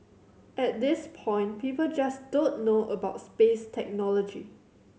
at this point people just don't know about space technology